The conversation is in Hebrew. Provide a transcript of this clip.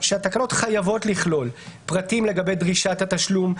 שהתקנות חייבות לכלול - פרטים לגבי דרישת התשלום,